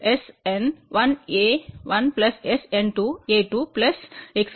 SNN aN